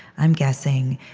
i'm guessing,